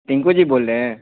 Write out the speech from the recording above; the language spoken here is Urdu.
ٹنکو جی بول رہے ہیں